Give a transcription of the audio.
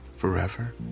forever